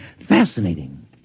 Fascinating